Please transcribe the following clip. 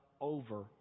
over